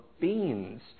beans